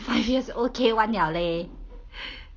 five years old K one liao leh